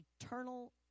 eternal